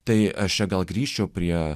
tai aš čia gal grįžčiau prie